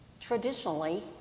traditionally